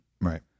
Right